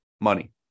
money